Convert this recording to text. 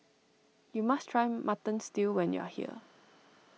you must try Mutton Stew when you are here